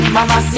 Mama